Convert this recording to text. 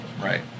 Right